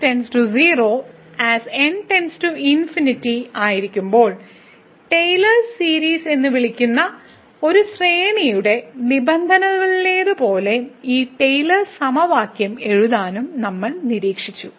Rn → 0 ആയിരിക്കുമ്പോൾ Taylor series എന്ന് വിളിക്കുന്ന ഒരു ശ്രേണിയുടെ നിബന്ധനകളിലേതുപോലെ ഈ ടെയിലേഴ്സ് സമവാക്യം എഴുതാനും നമ്മൾ നിരീക്ഷിച്ചു